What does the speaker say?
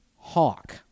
Hawk